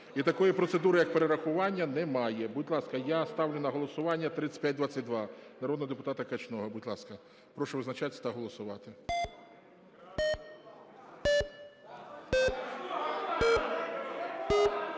І такої процедури, як перерахування, немає. Будь ласка, я ставлю на голосування 3522 народного депутата Качного. Будь ласка, прошу визначатись та голосувати.